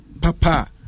papa